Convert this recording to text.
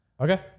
Okay